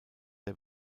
der